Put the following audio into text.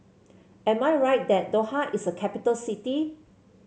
am I right that Doha is a capital city